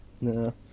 No